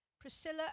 Priscilla